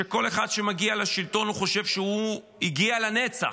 שכל אחד שמגיע לשלטון חושב שהוא הגיע לנצח.